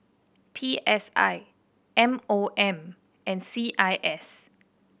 P S I M O M and C I S